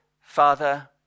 Father